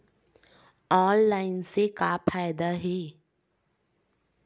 Online से का फ़ायदा हे?